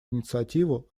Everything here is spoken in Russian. инициативу